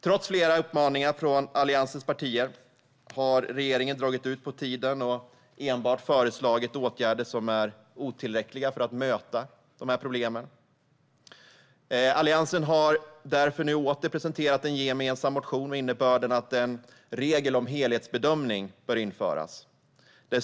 Trots flera uppmaningar från Alliansens partier har regeringen dragit ut på tiden och enbart föreslagit åtgärder som är otillräckliga för att möta problemen. Alliansen har därför nu åter presenterat en gemensam motion med innebörden att en regel om helhetsbedömning bör införas.